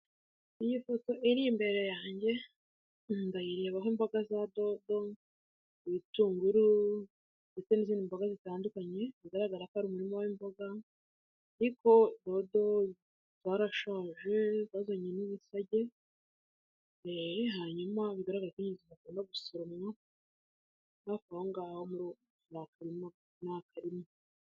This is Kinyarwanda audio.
Iyi foto iri imbere yange ndayirebaho imboga za dodo, ibitunguru ndetse n'izindi mboga zitandukanye zigaragara ko ari umurima w'imboga ariko dodo zarashaje zazanye n'ibisage. Hanyuma bigaragara ko nyine zidakunda gusoromwa hafi aho ngaho hari akarima, ni akarima.